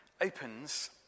opens